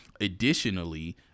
Additionally